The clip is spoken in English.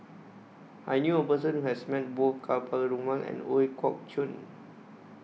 I knew A Person Who has Met Both Ka Perumal and Ooi Kok Chuen